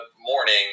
morning